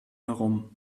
herum